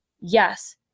yes